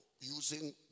using